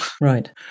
Right